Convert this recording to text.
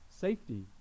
safety